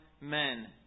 men